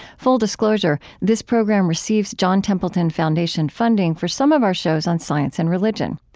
full disclosure this program receives john templeton foundation funding for some of our shows on science and religion.